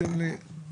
אנחנו רוצים להתחיל.